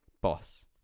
Boss